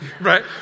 right